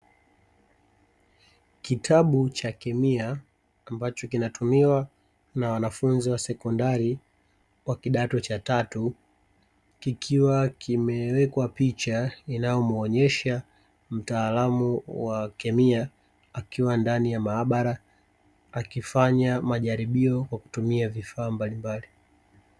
Kitabu cha kemia ambacho kinatumiwa na wanafunzi wa kidato cha tatu, kikiwa kimewekwa picha inayomuonyesha mtaalamu wa kemia, akiwa ndani ya maabara akifanya majaribio kwa kutumia vifaa mbalimbali.